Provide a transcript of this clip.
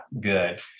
good